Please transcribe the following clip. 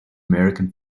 american